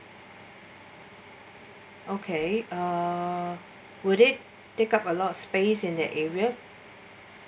okay uh would it take up a lot of space in their area